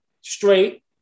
straight